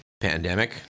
pandemic